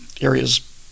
areas